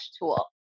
tool